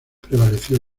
prevaleció